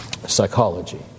Psychology